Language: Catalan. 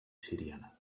siriana